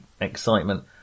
excitement